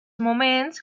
moments